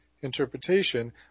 interpretation